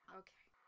okay